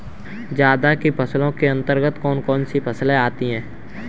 जायद की फसलों के अंतर्गत कौन कौन सी फसलें आती हैं?